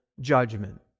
judgment